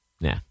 Nah